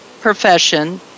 profession